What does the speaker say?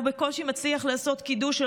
הוא בקושי מצליח לעשות קידוש,